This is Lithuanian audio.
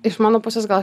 iš mano pusės gal